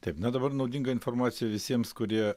taip na dabar naudinga informacija visiems kurie